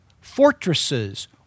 fortresses